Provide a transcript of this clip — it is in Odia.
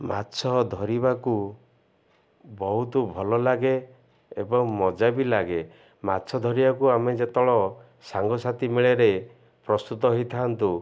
ମାଛ ଧରିବାକୁ ବହୁତ ଭଲ ଲାଗେ ଏବଂ ମଜା ବି ଲାଗେ ମାଛ ଧରିବାକୁ ଆମେ ଯେତେବେ ସାଙ୍ଗସାଥି ମେଳେରେ ପ୍ରସ୍ତୁତ ହେଇଥାନ୍ତୁ